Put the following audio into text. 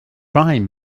prime